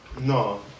No